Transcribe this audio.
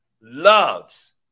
loves